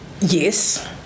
Yes